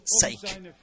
sake